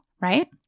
right